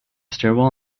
stairwell